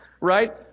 right